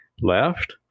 left